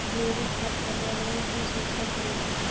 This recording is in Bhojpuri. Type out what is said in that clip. जैविक खाद पर्यावरण कअ सुरक्षा करेला